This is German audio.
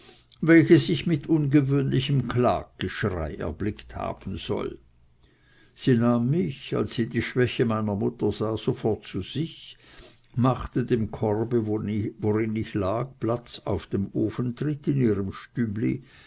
welches ich mit ungewöhnlichem klagegeschrei erblickt haben soll sie nahm mich als sie die schwäche meiner mutter sah sofort zu sich machte dem korbe worin ich lag platz auf dem ofentritt in ihrem stübli